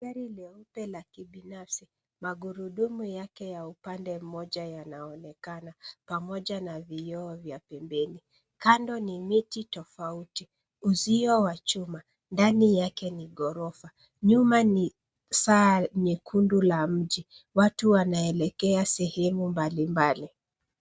Gari leupe la kibinafsi. Magurudumu yake ya upande mmoja yanaonekana, pamoja na vioo vya pembeni. Kando ni miti tofauti, uzio wa chuma, ndani yake ni ghorofa. Nyuma ni saa nyekundu la mji, watu wanaelekea sehemu mbalimbali.